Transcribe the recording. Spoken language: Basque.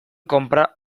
kontrabando